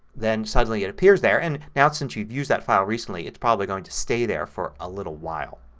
then suddenly it appears there and now since you've used that file recently it's probably going to stay there for a little while.